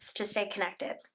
to stay connected.